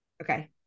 Okay